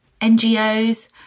NGOs